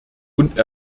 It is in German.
und